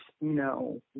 no